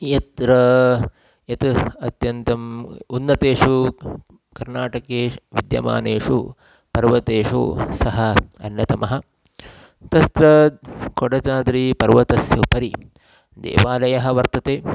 यत्र यत् अत्यन्तम् उन्नतेषु कर्णाटकेषु विद्यमानेषु पर्वतेषु सः अन्यतमः तस्त्र कोडचाद्रीपर्वतस्य उपरि देवालयः वर्तते